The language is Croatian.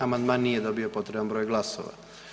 Amandman nije dobio potreban broj glasova.